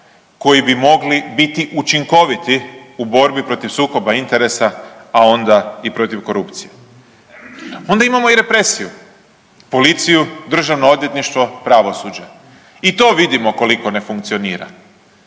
koji bi mogli biti učinkoviti u borbi protiv sukoba interesa, a onda i protiv korupcije. Onda imamo i represiju policiju, državno odvjetništvo, pravosuđe. I to vidimo koliko ne funkcionira.